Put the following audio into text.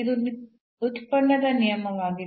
ಇದು ಉತ್ಪನ್ನದ ನಿಯಮವಾಗಿದೆ